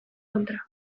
kontra